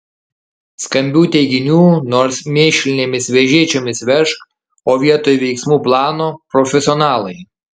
skambių teiginių nors mėšlinėmis vežėčiomis vežk o vietoj veiksmų plano profesionalai